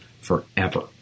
forever